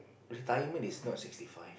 retirement is not sixty five